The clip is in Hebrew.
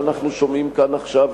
שאנחנו שומעים כאן עכשיו.